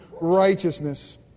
righteousness